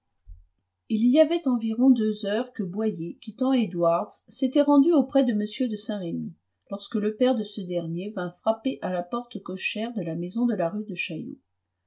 il y avait environ deux heures que boyer quittant edwards s'était rendu auprès de m de saint-remy lorsque le père de ce dernier vint frapper à la porte cochère de la maison de la rue de chaillot